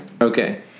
Okay